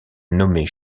nommée